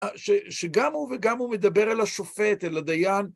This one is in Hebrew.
שגם הוא וגם הוא מדבר אל השופט, אל הדיין.